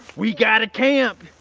we got a camp.